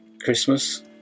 Christmas